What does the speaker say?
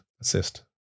assist